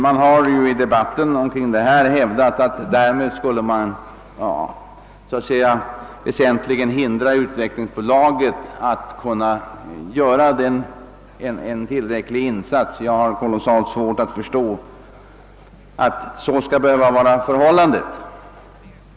Det har i debatten hävdats att man därmed skulle väsentligen hindra utvecklingsbolaget från att göra tillräckliga insatser. Jag har svårt att förstå att så skulle behöva vara förhållandet.